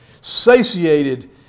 satiated